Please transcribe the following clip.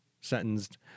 sentenced